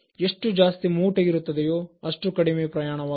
ಎಷ್ಟು ಜಾಸ್ತಿ ಮೂಟೆ ಇರುತ್ತದೆಯೋ ಅಷ್ಟು ಕಡಿಮೆ ಪ್ರಯಾಣವಾಗುತ್ತದೆ